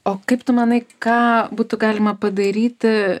o kaip tu manai ką būtų galima padaryti